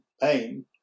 pain